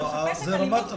זה ברמת המפקחים.